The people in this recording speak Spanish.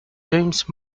james